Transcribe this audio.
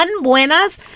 buenas